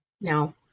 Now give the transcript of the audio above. No